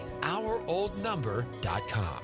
OurOldNumber.com